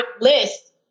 list